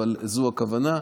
אבל זו הכוונה.